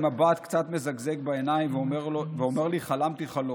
עם מבט קצת מזוגג בעיניים ואומר לי: חלמתי חלום.